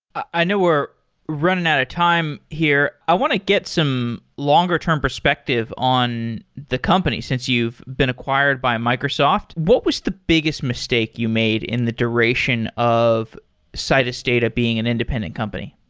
i know we're running out of time here. i want to get some longer term perspective on the company, since you've been acquired by microsoft. what was the biggest mistake you made in the duration of citus data being an independent company?